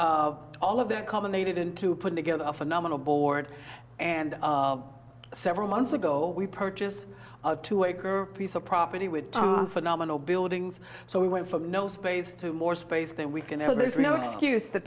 all of that culminated in to put together a phenomenal board and several months ago we purchase two acre piece of property with phenomenal buildings so we went from no space to more space than we can the